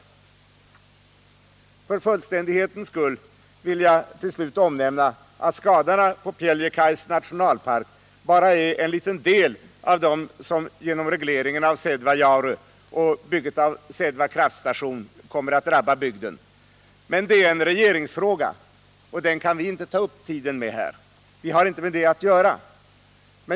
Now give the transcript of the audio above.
Onsdagen den För fullständighetens skull vill jag till sist omnämna att skadorna på 21 maj 1980 Pieljekaise nationalpark bara är en liten del av dem som genom regleringen av Sädvajaure och byggandet av Sädva kraftstation kommer att drabba bygden. Men detta är en regeringsfråga, och den kan vi inte ta upp tiden med här. Vi har inte med det att göra.